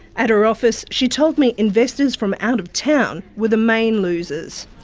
at her office, she told me investors from out of town were the main losers.